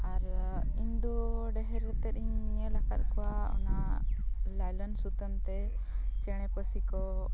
ᱟᱨ ᱤᱧ ᱫᱚ ᱰᱷᱮᱹᱨ ᱛᱮᱫ ᱤᱧ ᱧᱮᱞ ᱟᱠᱟᱫ ᱠᱚᱣᱟ ᱚᱱᱟ ᱞᱟᱭᱞᱮᱱ ᱥᱩᱛᱟᱹᱢ ᱛᱮ ᱪᱮᱬᱮ ᱯᱟᱹᱥᱤ ᱠᱚ